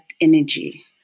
energy